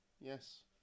Yes